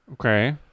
okay